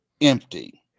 empty